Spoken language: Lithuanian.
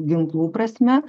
ginklų prasme